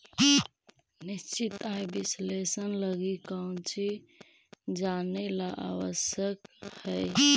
निश्चित आय विश्लेषण लगी कउची जानेला आवश्यक हइ?